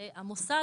המוסד,